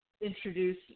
introduce